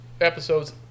Episodes